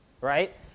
right